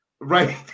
Right